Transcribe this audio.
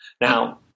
Now